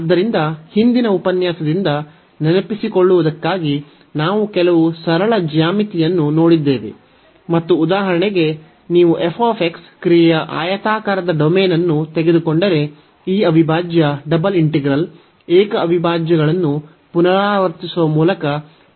ಆದ್ದರಿಂದ ಹಿಂದಿನ ಉಪನ್ಯಾಸದಿಂದ ನೆನಪಿಸಿಕೊಳ್ಳುವುದಕ್ಕಾಗಿ ನಾವು ಕೆಲವು ಸರಳ ಜ್ಯಾಮಿತಿಯನ್ನು ನೋಡಿದ್ದೇವೆ ಮತ್ತು ಉದಾಹರಣೆಗೆ ನೀವು f ಕ್ರಿಯೆಯ ಆಯತಾಕಾರದ ಡೊಮೇನ್ ಅನ್ನು ತೆಗೆದುಕೊಂಡರೆ ಈ ಅವಿಭಾಜ್ಯ ಡಬಲ್ ಇಂಟಿಗ್ರಲ್ ಏಕ ಅವಿಭಾಜ್ಯಗಳನ್ನು ಪುನರಾವರ್ತಿಸುವ ಮೂಲಕ ನಾವು ಮೌಲ್ಯಮಾಪನ ಮಾಡಬಹುದು